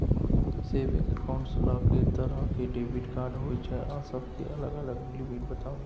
Saving accounts ल के तरह के डेबिट कार्ड होय छै आ सब के अलग अलग लिमिट बताबू?